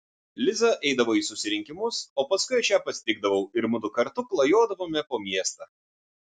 liza eidavo į susirinkimus o paskui aš ją pasitikdavau ir mudu kartu klajodavome po miestą